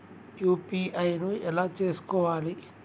UPI ను ఎలా చేస్కోవాలి?